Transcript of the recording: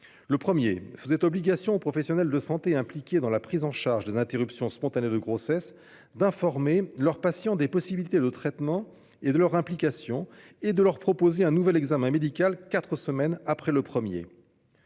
Le premier faisait obligation aux professionnels de santé impliqués dans la prise en charge des interruptions spontanées de grossesse d'informer leurs patientes des possibilités de traitement et de leurs implications, et de leur proposer un nouvel examen médical quatre semaines après le premier.